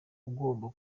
ugomba